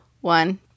one